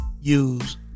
use